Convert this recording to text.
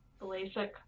Lasik